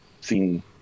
seen